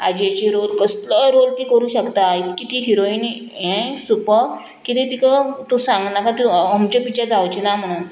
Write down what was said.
आजयेची role कसलोय role ती करूं शकता इतकी ती हिरोइन हें सुपब किदें तिका तूं सांगनाका तूं अमकें पिच्चर जावचें ना म्हणून